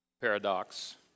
paradox